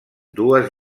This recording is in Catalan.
dues